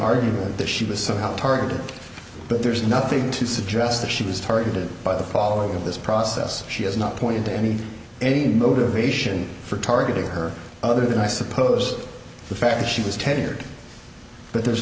argument that she was somehow targeted but there's nothing to suggest that she was targeted by the fall of this process she has not point to any any motivation for targeting her other than i suppose the fact that she was tenured but there